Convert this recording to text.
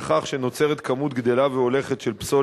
אנחנו עוברים לנושא הבא והוא הצעת חוק לטיפול